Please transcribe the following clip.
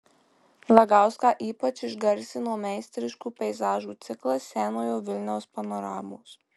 lagauską ypač išgarsino meistriškų peizažų ciklas senojo vilniaus panoramos